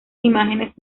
imágenes